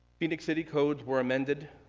phoenix city codes were amended